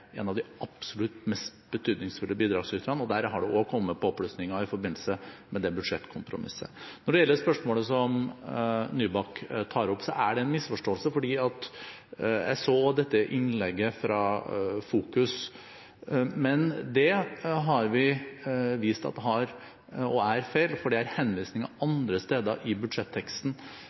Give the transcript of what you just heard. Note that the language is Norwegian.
en av de absolutt mest betydningsfulle bidragsyterne, og der har det også kommet påplussinger i forbindelse med budsjettforliket. Når det gjelder spørsmålet som Nybakk tar opp, er det en misforståelse. Jeg så også dette innlegget fra FOKUS. Men det har vi vist at er feil, for det er henvisninger